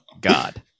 God